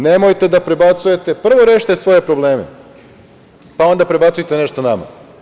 Nemojte da prebacujete, prvo rešite svoje probleme, pa onda prebacujte nešto nama.